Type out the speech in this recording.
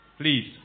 Please